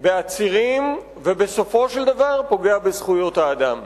בעצירים ובסופו של דבר פוגע בזכויות האדם.